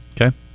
Okay